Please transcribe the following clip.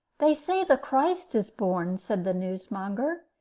they say the christ is born, said the newsmonger,